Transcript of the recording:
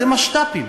אתם משת"פים.